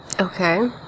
Okay